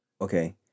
okay